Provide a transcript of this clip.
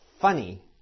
funny